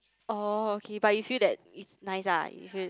orh okay but you feel that it's nice ah if you